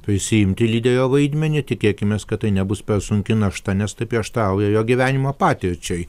prisiimti lyderio vaidmenį tikėkimės kad tai nebus per sunki našta nes tai prieštarauja jo gyvenimo patirčiai